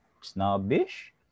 snobbish